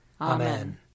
Amen